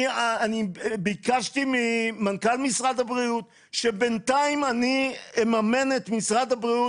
אני ביקשתי ממנכ"ל משרד הבריאות שבינתיים אממן את משרד הבריאות